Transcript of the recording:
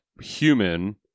human